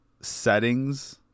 Settings